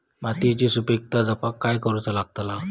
मातीयेची सुपीकता जपाक काय करूचा लागता?